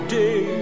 day